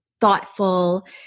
thoughtful